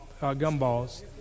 gumballs